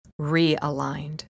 realigned